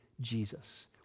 Jesus